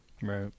Right